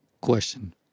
Question